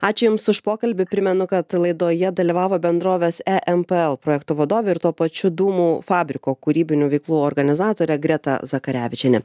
ačiū jums už pokalbį primenu kad laidoje dalyvavo bendrovės empl projektų vadovė ir tuo pačiu dūmų fabriko kūrybinių veiklų organizatorė greta zakarevičienė